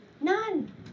None